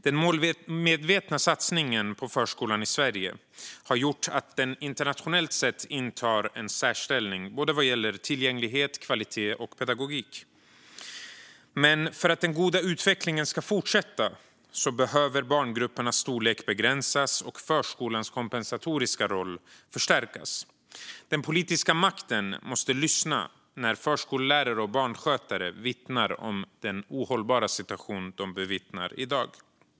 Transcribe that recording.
Den målmedvetna satsningen på förskolan i Sverige har gjort att den internationellt sett intar en särställning vad gäller både tillgänglighet, kvalitet och pedagogisk utveckling. Men för att den goda utvecklingen ska fortsätta behöver barngruppernas storlek begränsas och förskolans kompensatoriska roll förstärkas. Den politiska makten måste lyssna när förskollärare och barnskötare vittnar om den ohållbara situationen i dag. Fru talman!